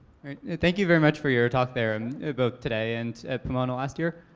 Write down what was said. thank you very much for your talk there and about today and at pomona last year.